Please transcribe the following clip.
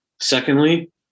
Secondly